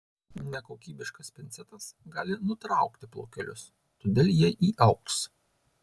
nekokybiškas pincetas gali nutraukti plaukelius todėl jie įaugs